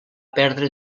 perdre